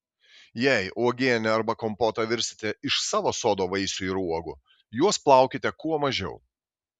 jei uogienę arba kompotą virsite iš savo sodo vaisių ir uogų juos plaukite kuo mažiau